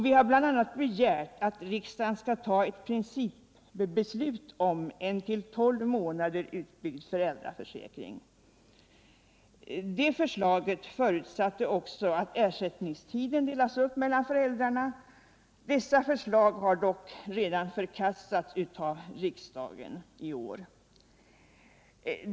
Vi har bl.a. begärt att riksdagen skall fatta ett principbestut om cen till 12 månader förlängd föräldraförsäkring. Det förslaget förutsatte också att ersältningstiden delas upp mellan föräldrarna. Våra förslag har dock redan förkastats av riksdagen i år.